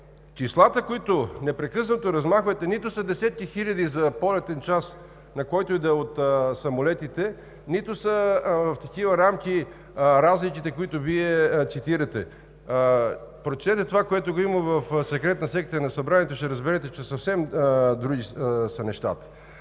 числата, които непрекъснато размахвате, нито са десетки хиляди за полетен час, на който и да е от самолетите, нито са в такива рамки разликите, които Вие цитирате. Прочетете това, което има в секретна секция на Събранието, и ще разберете, че съвсем други са нещата.